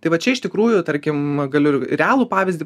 tai va čia iš tikrųjų tarkim galiu realų pavyzdį